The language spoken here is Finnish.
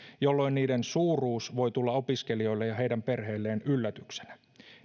jolloin niiden suuruus voi tulla opiskelijoille ja heidän perheilleen yllätyksenä